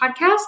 podcast